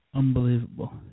Unbelievable